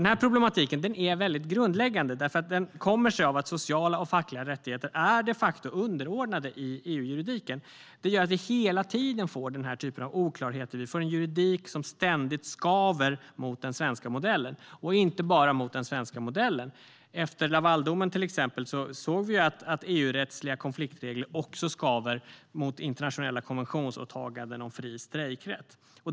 Den här problematiken är väldigt grundläggande. Den kommer sig av att sociala och fackliga rättigheter de facto är underordnade i EU-juridiken. Det gör att vi hela tiden får den här typen av oklarheter. Vi får en juridik som ständigt skaver mot den svenska modellen, och inte bara mot den svenska modellen. Till exempel såg vi efter Lavaldomen att EU-rättsliga konfliktregler också skaver mot internationella konventionsåtaganden om fri strejkrätt.